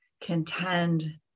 contend